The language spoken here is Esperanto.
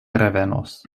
revenos